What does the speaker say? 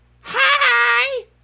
Hi